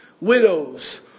widows